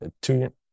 two